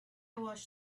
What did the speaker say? watched